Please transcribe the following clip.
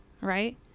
right